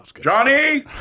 Johnny